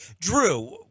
Drew